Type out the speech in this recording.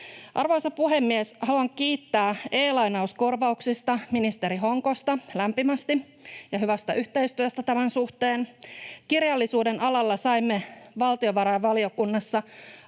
Arvoisa puhemies! Haluan kiittää ministeri Honkosta lämpimästi e-lainauskorvauksesta ja hyvästä yhteistyöstä tämän suhteen. Kirjallisuuden alalla saimme valtiovarainvaliokunnassa